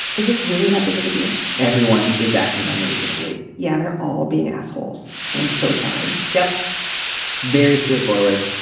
is this really that big of a deal. everyone is acting unreasonably. yeah they're all being assholes and i'm so sorry. yep very straightforward.